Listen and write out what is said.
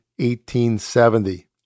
1870